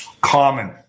common